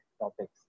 topics